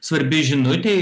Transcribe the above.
svarbi žinutė